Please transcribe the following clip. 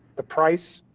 the price,